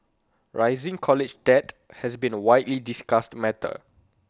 rising college debt has been A widely discussed matter